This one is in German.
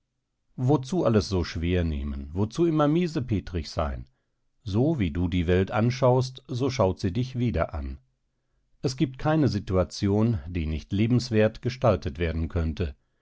wozu alles so schwer nehmen wozu immer miesepetrig sein so wie du die welt anschaust so schaut sie dich wieder an es gibt keine situation die nicht lebenswert gestaltet werden könnte